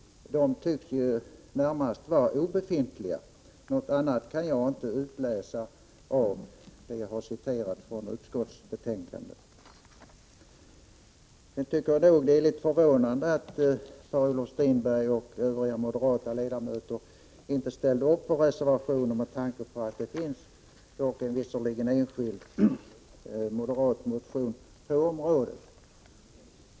De tycks närmast vara obefintliga. Något annat kan jaginte utläsa ur det avsnitt som jag har citerat från utskottsbetänkandet. Jag tycker det är förvånande att Per-Olof Strindberg och övriga moderata ledamöter inte ställde upp på reservation nr 4 med tanke på att det dock finns en — visserligen enskild — moderat motion på området.